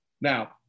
Now